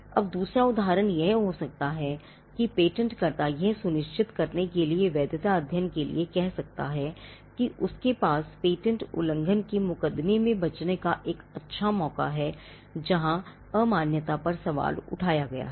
अब दूसरा उदाहरण यह हो सकता है कि पेटेंटकर्ता यह सुनिश्चित करने के लिए वैधता अध्ययन के लिए कह सकता है कि उसके पास पेटेंट उल्लंघन के मुकदमे में बचने का एक अच्छा मौका है जहाँ अमान्यता पर सवाल उठाया गया है